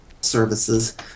services